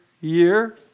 year